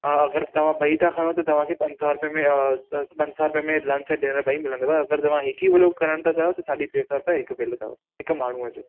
आहे अगि॒र तव्हां ॿई था खणो त तव्हांखे पंज सौ रुपये में अ त पंज सौ रुपये में लंच ऐं डिनर ॿई मिलंदव अगरि तव्हां हिक ई वेलो करणु था चाहियो त साढी टे सौ रुपिया हिकु वेलो अथव हिकु माण्हूंअ जो